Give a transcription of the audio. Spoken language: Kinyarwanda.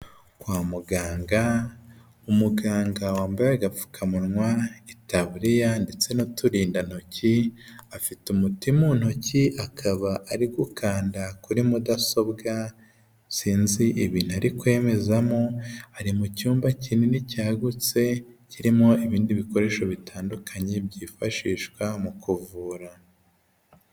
Kwa muganga, umuganga wambaye agapfukamunwa, itaburiya ndetse n'uturindantoki. Afite umuti mu ntoki, akaba ari gukanda kuri mudasobwa, sinzi ibintu ari kwemezamo, ari mu cyumba kinini cyagutse kirimo ibindi bikoresho bitandukanye byifashishwa mu kuvura.